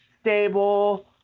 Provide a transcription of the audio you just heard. stable